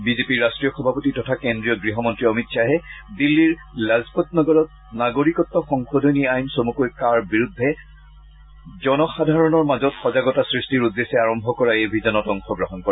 বিজেপিৰ ৰাষ্ট্ৰীয় সভাপতি তথা কেন্দ্ৰীয় গৃহমন্তী অমিত খাহে দিল্লীৰ লাজপট নগৰত নাগৰিকত্ব সংশোধনী আইন চমুকৈ কাৰ বিষয়ে জনসাধাৰণৰ মাজত সজাগতা সৃষ্টিৰ উদ্দেশ্যে আৰম্ভ কৰা এই অভিযানত অংশগ্ৰহণ কৰে